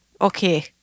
Okay